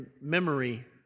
memory